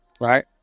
right